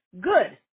good